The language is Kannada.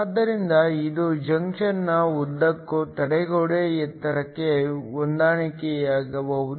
ಆದ್ದರಿಂದ ಇದು ಜಂಕ್ಷನ್ನ ಉದ್ದಕ್ಕೂ ತಡೆಗೋಡೆ ಎತ್ತರಕ್ಕೆ ಹೊಂದಿಕೆಯಾಗಬಹುದು